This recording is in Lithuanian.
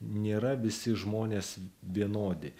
nėra visi žmonės vienodi